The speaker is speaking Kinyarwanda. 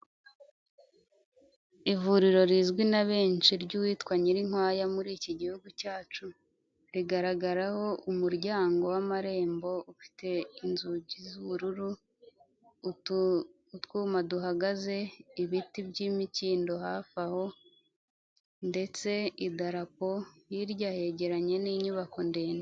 Ivuriro rizwi na benshi ry'uwitwa Nyirinkwaya muri iki gihugu cyacu, rigaragaraho umuryango w'amarembo ufite inzugi z'ubururu, utwuma duhagaze, ibiti by'imikindo hafi aho, ndetse idarako, hirya hegeranye n'inyubako ndende.